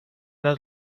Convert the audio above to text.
است